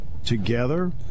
Together